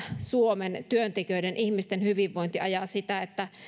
suomen omien työntekijöiden ihmisten hyvinvointi ajaa sitä että